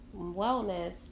wellness